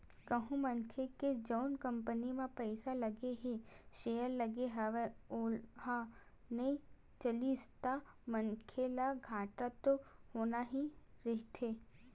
कहूँ मनखे के जउन कंपनी म पइसा लगे हे सेयर लगे हवय ओहा नइ चलिस ता मनखे ल घाटा तो होना ही रहिथे